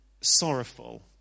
sorrowful